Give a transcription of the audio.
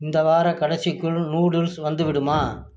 இந்த வாரக் கடைசிக்குள் நூடுல்ஸ் வந்துவிடுமா